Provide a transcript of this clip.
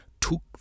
took